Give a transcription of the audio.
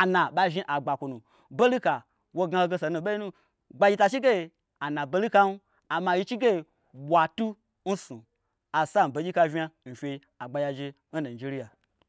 ana bazhni agbakwunu balika wo gnahoge so nu nɓei nu gbagyi ta chige anabalikan amma yi chige ɓwatu nsnu asambegyika vnya nfyei agbagyiaje n nijiriya